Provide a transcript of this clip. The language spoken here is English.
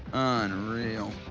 unreal.